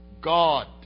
God